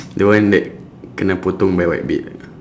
the one that kene potong by whitebeard ah